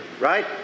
Right